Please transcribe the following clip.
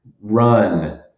run